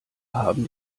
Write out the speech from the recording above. haben